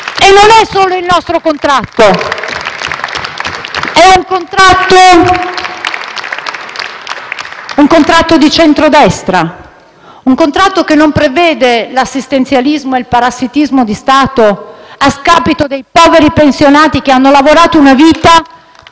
E non è solo il nostro contratto; è un contratto di centrodestra, un contratto che non prevede l'assistenzialismo e il parassitismo di Stato a scapito dei poveri pensionati che hanno lavorato una vita